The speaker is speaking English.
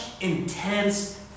intense